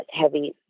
heavy